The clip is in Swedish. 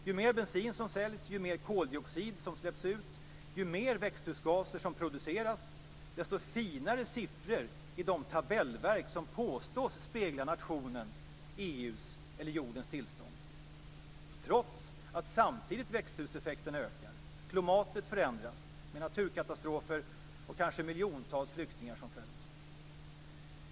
Ju mer bensin som säljs, ju mer koldioxid som släpps ut och ju mer växthusgaser som produceras, desto finare siffror i de tabellverk som påstås spegla nationens, EU:s eller jordens tillstånd - trots att samtidigt växthuseffekten ökar, klimatet förändras med naturkatastrofer och kanske miljontals flyktingar som följd.